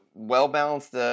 well-balanced